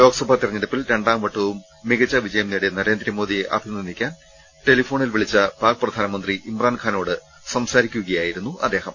ലോക്സഭാ തെരഞ്ഞെടുപ്പിൽ രണ്ടാം വട്ടവും മികച്ച വിജയം നേടിയ നരേന്ദ്രമോദിയെ അഭിനന്ദിക്കാൻ ടെലിഫോണിൽ വിളിച്ച പാക് പ്രധാനമന്ത്രി ഇമ്രാൻഖാനോട് സംസാരിക്കുകയായിരുന്നു അദ്ദേഹം